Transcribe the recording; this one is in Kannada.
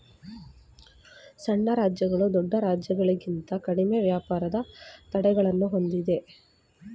ಸಣ್ಣ ರಾಜ್ಯಗಳು ದೊಡ್ಡ ರಾಜ್ಯಗಳಿಂತ ಕಡಿಮೆ ವ್ಯಾಪಾರದ ತಡೆಗಳನ್ನು ಹೊಂದಿವೆ